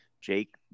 Jake